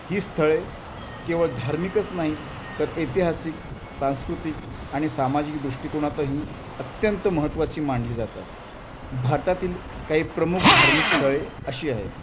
ही स्थळे केवळ धार्मिकच नाहीत तर ऐतिहासिक सांस्कृतिक आणि सामाजिक दृष्टिकोनातही अत्यंत महत्त्वाची मानली जातात भारतातील काही प्रमुख धार्मिक स्थळे अशी आहेत